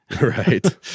Right